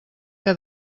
que